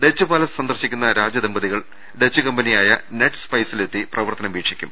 Dutch palace സന്ദർശിക്കുന്ന രാജ ദമ്പതികൾ ഡച്ച് കമ്പനിയായ നെഡ് സ്പൈസിലെത്തി പ്രവർത്തനം വീക്ഷിക്കും